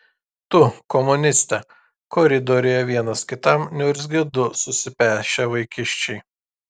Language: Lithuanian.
tu komuniste koridoriuje vienas kitam niurzgia du susipešę vaikiščiai